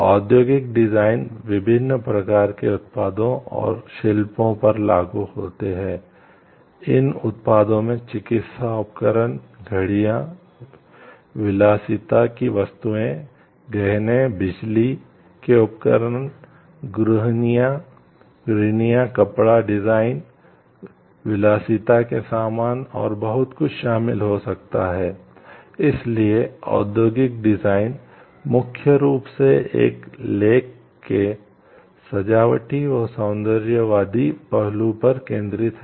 औद्योगिक डिजाइन मुख्य रूप से एक लेख के सजावटी या सौंदर्यवादी पहलू पर केंद्रित है